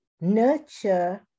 nurture